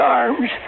arms